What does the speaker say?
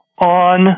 on